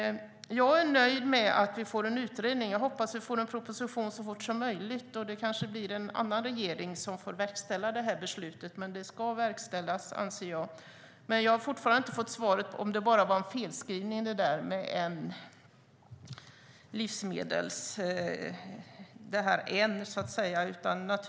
Jag är nöjd med att vi får en utredning. Jag hoppas att vi får en proposition så fort som möjligt. Det kanske blir en annan regering som får verkställa beslutet, men det ska verkställas, anser jag. Jag har fortfarande inte fått svar på om det där med "en livsmedelskedja" bara var en felskrivning.